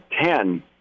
Ten